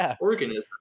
organism